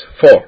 four